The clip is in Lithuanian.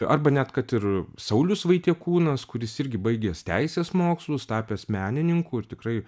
arba net kad ir saulius vaitiekūnas kuris irgi baigęs teisės mokslus tapęs menininku ir tikrai